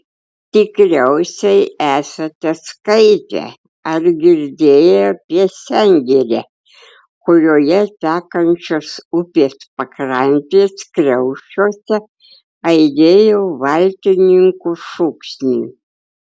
tikriausiai esate skaitę ar girdėję apie sengirę kurioje tekančios upės pakrantės kriaušiuose aidėjo valtininkų šūksniai